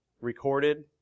recorded